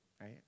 right